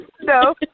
No